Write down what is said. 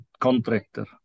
contractor